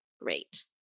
great